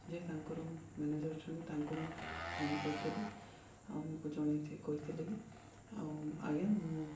ଯେ ତାଙ୍କର ମ୍ୟାନେଜର୍ ଅଛନ୍ତି ତାଙ୍କୁ ମୁଁ ଫୋନ୍ କରିଥିଲି ଆଉ ମୁଁ କୁ ଜଣାଇକି କହିଥିଲେ କିି ଆଉ ଆଜ୍ଞା ମୁଁ